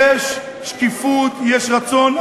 יש שקיפות, יש רצון.